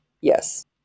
Yes